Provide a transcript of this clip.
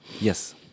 Yes